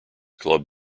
club